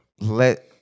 let